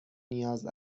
نیاز